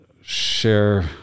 share